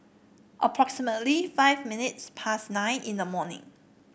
approximately five minutes past nine in the morning